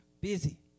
Busy